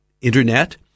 internet